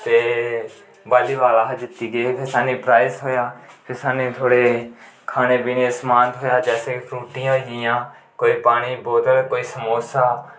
ते बॉल्ली बॉल अस जित्ती गे हे ते सानूं प्राईज़ थ्होएआ फिर सानूं थोह्ड़े खाने पीने गी समान थ्होएआ जैसे फ्रूटियां होई गेइयां कोई पानी दी बोतल कोई समोसा